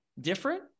different